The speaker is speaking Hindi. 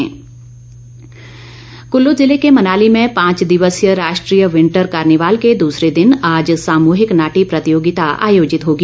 विंटर कार्निवाल कुल्लू जिले के मनाली में पांच दिवसीय राष्ट्रीय विंटर कार्निवाल के दूसरे दिन आज सामूहिक नाटी प्रतियोगिता आयोजित होगी